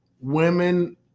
women